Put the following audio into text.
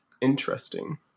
interesting